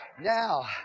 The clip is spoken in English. Now